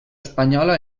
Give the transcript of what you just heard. espanyola